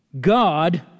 God